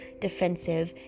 defensive